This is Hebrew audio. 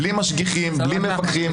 בלי משגיחים ובלי מפקחים,